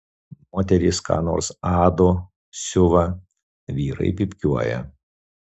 moterys ką nors ado siuva vyrai pypkiuoja